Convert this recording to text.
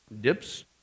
dips